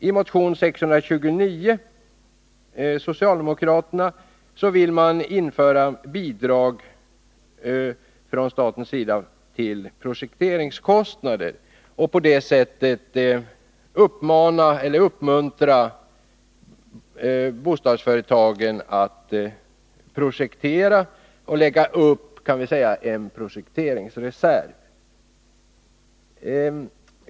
I motion 629 vill man införa bidrag från staten till projekteringskostnader och på det sättet uppmuntra bostadsföretagen att projektera och lägga upp en projekteringsreserv.